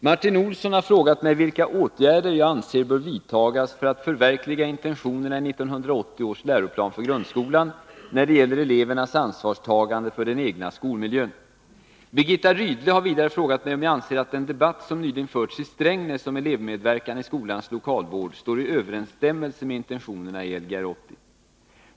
Herr talman! Martin Olsson har frågat mig vilka åtgärder jag anser bör vidtagas för att förverkliga intentionerna i 1980 års läroplan för grundskolan när det gäller elevernas ansvarstagande för den egna skolmiljön. Birgitta Rydle har vidare frågat mig om jag anser att en debatt som nyligen förts i Strängnäs om elevmedverkan i skolans lokalvård står i överensstämmelse med intentionerna i Lgr 80.